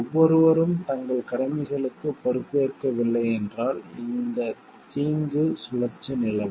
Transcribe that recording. ஒவ்வொருவரும் தங்கள் கடமைகளுக்கு பொறுப்பேற்கவில்லை என்றால் இந்த தீங்கு சுழற்சி நிலவும்